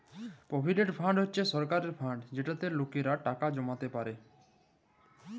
provident fund হছে সরকারের fund যেটতে লকেরা টাকা জমাইতে পারে